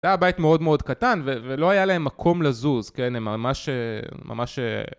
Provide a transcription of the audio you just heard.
זה היה בית מאוד מאוד קטן, ולא היה להם מקום לזוז, הם ממש... ממש...